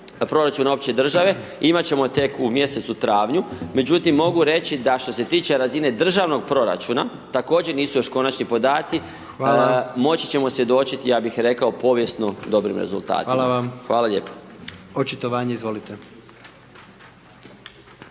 proračuna opće države imat ćemo tek u mjesecu travnju, međutim mogu reći da što se tiče razine državnog proračuna, također nisu još konačni podaci …/Upadica: Hvala./… moći ćemo svjedočit povijesno dobrim rezultatima. …/Upadica: Hvala vam./… Hvala lijepo. **Jandroković,